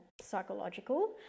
psychological